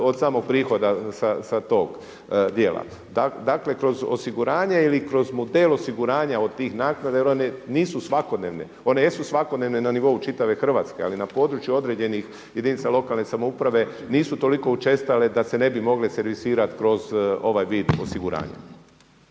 od samog prihoda sa tog dijela. Dakle kroz osiguranje ili kroz model osiguranja od tih naknada jer one nisu svakodnevne. One jesu svakodnevne na nivou čitave Hrvatske ali na području određenih jedinica lokalne samouprave nisu toliko učestale da se ne bi mogle servisirati kroz ovaj vid osiguranja.